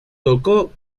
tocó